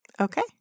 Okay